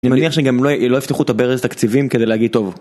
אני מניח שגם לא יפתחו את הברז התקציבים כדי להגיד טוב,